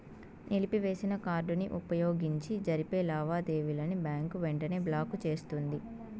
నిలిపివేసిన కార్డుని వుపయోగించి జరిపే లావాదేవీలని బ్యాంకు వెంటనే బ్లాకు చేస్తుంది